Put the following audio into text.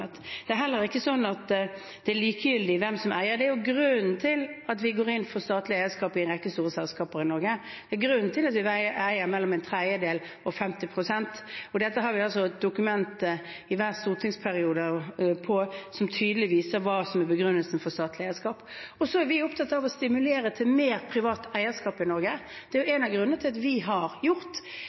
Det er heller ikke slik at det er likegyldig hvem som eier. Det er grunnen til at vi går inn for statlig eierskap i en rekke store selskaper i Norge, og grunnen til at vi eier mellom en tredjedel og 50 pst. Dette har vi et dokument på i hver stortingsperiode som tydelig viser hva som er begrunnelsen for statlig eierskap. Vi er opptatt av å stimulere til mer privat eierskap i Norge. Det er en av grunnene til at vi har gjort